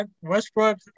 Westbrook